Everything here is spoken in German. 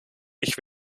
ich